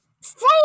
Say